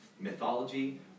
mythology